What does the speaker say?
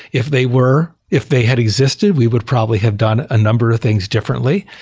if they were, if they had existed, we would probably have done a number things differently.